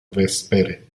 vespere